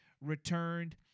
returned